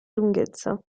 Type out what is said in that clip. lunghezza